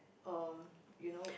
uh you know